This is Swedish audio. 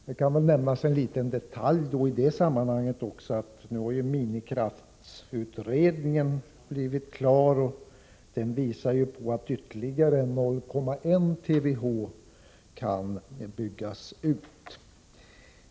Det kan också nämnas som en liten detalj i sammanhanget att minikraftverksutredningen nu blivit klar, och den visar att ytterligare 0,1 TWh kan byggas ut.